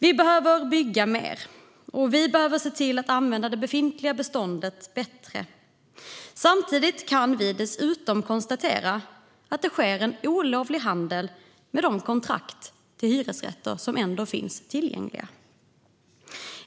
Vi behöver bygga mer, och vi behöver se till att använda det befintliga beståndet bättre. Samtidigt kan vi konstatera att det sker en olovlig handel med kontrakten till de hyresrätter som ändå finns tillgängliga.